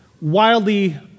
wildly